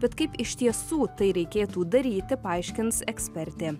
bet kaip iš tiesų tai reikėtų daryti paaiškins ekspertė